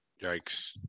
Yikes